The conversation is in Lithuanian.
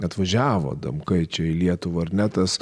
atvažiavo adamkaičiai į lietuvą ar ne tas